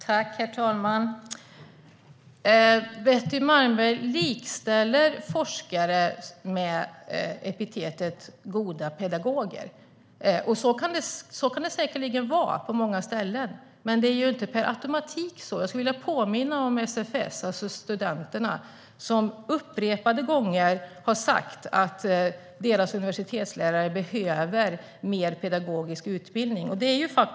Herr talman! Betty Malmberg likställer forskare med goda pedagoger. Så kan det säkerligen vara på många ställen, men det är inte per automatik så. Jag skulle vilja påminna om SFS, alltså studenterna, som upprepade gånger har sagt att deras universitetslärare behöver mer pedagogisk utbildning.